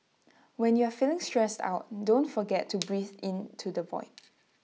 when you are feeling stressed out don't forget to breathe into the void